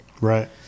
Right